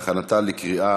חוק ומשפט נתקבלה.